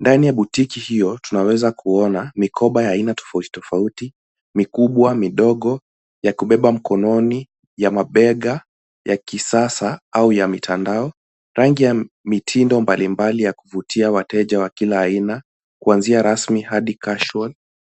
Ndani ya botiki hiyo tunaweza kuona mikoba ya aina tofauti tofauti, mikubwa, midogo, ya kubeba mkononi, ya mabega, ya kisasa au ya mitandao. Rangi ya mitindo mbalimbali ya kuvutia wateja wa kila aina kuanzia rasmi hadi casual .